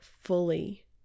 fully